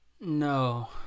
no